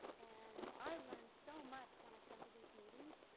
and i learn so much when i come to these meetings.